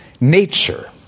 nature